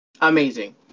Amazing